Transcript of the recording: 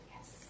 Yes